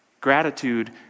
Gratitude